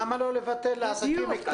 לא רק לעסקים קטנים,